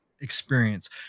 experience